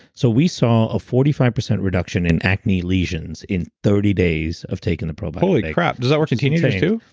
so we saw a forty five percent reduction in acne lesions in thirty days of taking the probiotic holy crap. does that work in teenagers, too?